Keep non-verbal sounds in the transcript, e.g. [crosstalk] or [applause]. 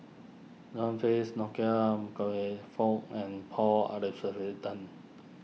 John Fearns Nicoll [unintelligible] Fook and Paul [unintelligible]